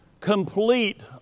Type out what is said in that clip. Complete